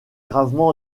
gravement